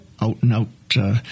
out-and-out